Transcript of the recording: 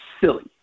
silly